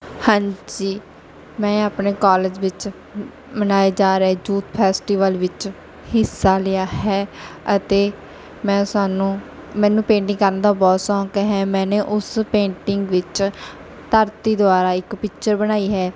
ਹਾਂਜੀ ਮੈਂ ਆਪਣੇ ਕਾਲੇਜ ਵਿੱਚ ਮਨਾਏ ਜਾ ਰਹੇ ਯੂਥ ਫੈਸਟੀਵਲ ਵਿੱਚ ਹਿੱਸਾ ਲਿਆ ਹੈ ਅਤੇ ਮੈਂ ਸਾਨੂੰ ਮੈਨੂੰ ਪੇਂਟਿੰਗ ਕਰਨ ਦਾ ਬਹੁਤ ਸ਼ੌਕ ਹੈ ਮੈਨੇ ਉਸ ਪੇਂਟਿੰਗ ਵਿੱਚ ਧਰਤੀ ਦੁਆਰਾ ਇੱਕ ਪਿਚਰ ਬਣਾਈ ਹੈ